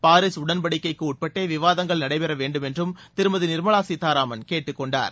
Paris உடன்படிக்கைக்குஉட்பட்டேவிவாதங்கள் நடைபெறவேண்டும் என்றும் திருமதிநிர்மலாசீத்தாராமன் கேட்டுக்கொண்டார்